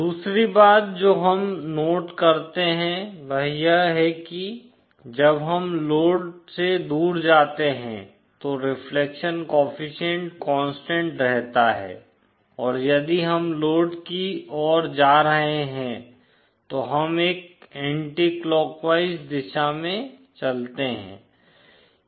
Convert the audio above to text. दूसरी बात जो हम नोट करते हैं वह यह है कि जब हम लोड से दूर जाते हैं तो रिफ्लेक्शन कोएफ़िशिएंट कांस्टेंट रहता है और यदि हम लोड की ओर जा रहे हैं तो हम एक एंटीक्लॉकवाइज दिशा में चलते हैं